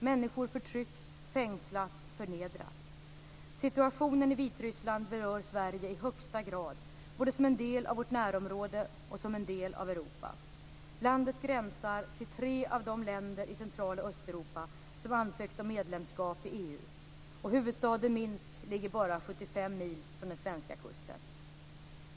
Människor förtrycks, fängslas och förnedras. Situationen i Vitryssland berör Sverige i högsta grad, både som en del av vårt närområde och som en del av Europa. Landet gränsar till tre av de länder i Central och Östeuropa som ansökt om medlemskap i EU. Huvudstaden Minsk ligger bara 75 mil från den svenska kusten.